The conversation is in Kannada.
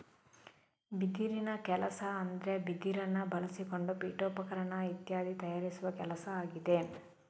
ಬಿದಿರಿನ ಕೆಲಸ ಅಂದ್ರೆ ಬಿದಿರನ್ನ ಬಳಸಿಕೊಂಡು ಪೀಠೋಪಕರಣ ಇತ್ಯಾದಿ ತಯಾರಿಸುವ ಕೆಲಸ ಆಗಿದೆ